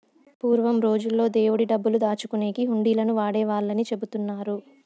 పూర్వం రోజుల్లో దేవుడి డబ్బులు దాచుకునేకి హుండీలను వాడేవాళ్ళని చెబుతున్నారు